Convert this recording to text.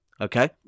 Okay